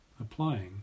applying